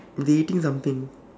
they eating something